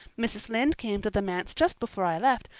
mrs. lynde came to the manse just before i left,